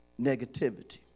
negativity